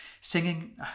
singing